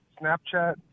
Snapchat